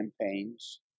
campaigns